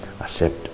accept